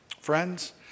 Friends